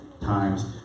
times